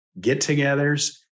get-togethers